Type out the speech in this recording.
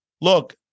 look